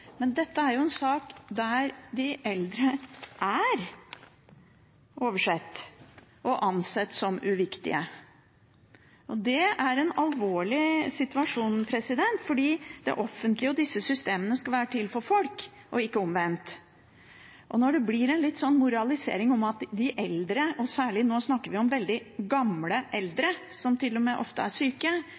Men dette er en sak der de eldre er oversett og ansett som uviktige. Det er en alvorlig situasjon for det offentlige, og disse systemene skal være til for folk og ikke omvendt. Og det blir en moralisering om at de eldre – og nå snakker vi om veldig gamle eldre, som til og med ofte er syke